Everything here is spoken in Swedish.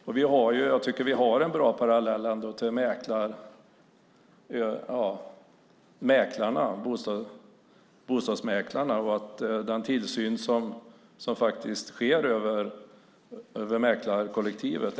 Jag tycker att vi har en bra parallell till bostadsmäklarna och den tillsyn som sker av mäklarkollektivet.